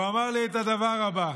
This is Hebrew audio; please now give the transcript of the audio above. הוא אמר לי את הדבר הבא: